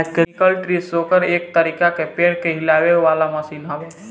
mechanical tree shaker एक तरीका के पेड़ के हिलावे वाला मशीन हवे